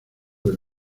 del